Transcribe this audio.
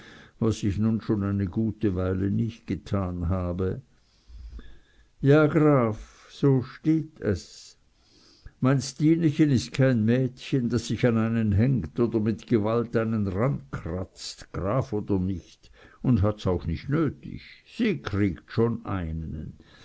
was ich nu schon eine gute weile nich gedan habe ja graf so steht es mein stinechen ist kein mächen das sich an einen hängt oder mit gewalt einen rankratzt graf oder nich un hat's auch nich nötig die kriegt schon einen